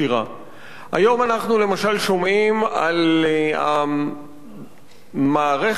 היום אנחנו למשל שומעים על המערכת העצומה